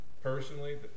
personally